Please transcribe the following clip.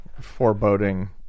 foreboding